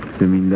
to me